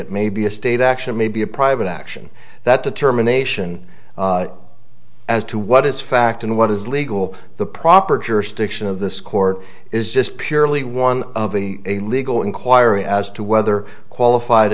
it may be a state action maybe a private action that determination as to what is fact and what is legal the proper jurisdiction of this court is just purely one of the a legal inquiry as to whether qualified